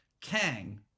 Kang